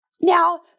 Now